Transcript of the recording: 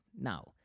Now